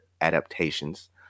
adaptations